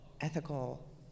ethical